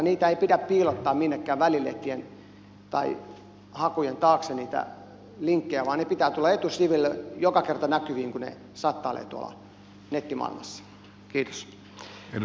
niitä linkkejä ei pidä piilottaa minnekään välilehtien tai hakujen taakse vaan niiden pitää tulla etusivuille joka kerta näkyviin kun he chattailevat tuolla nettimaailmassa